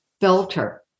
filter